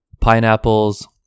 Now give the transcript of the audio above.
pineapples